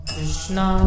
Krishna